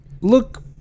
look